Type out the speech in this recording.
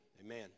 Amen